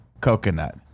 Coconut